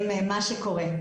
הן מה שקורה.